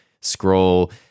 scroll